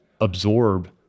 absorb